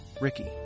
Ricky